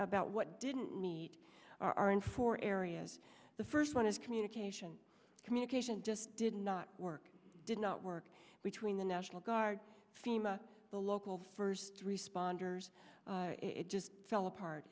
about what didn't need are in four areas the first one is communication communication just did not work did not work between the national guard fema the local first responders it just fell apart